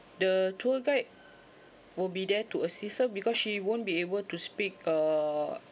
the tour guide would be there to assist her because she won't be able to speak err